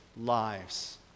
lives